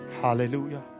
Hallelujah